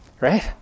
Right